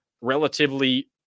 relatively